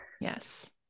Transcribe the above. yes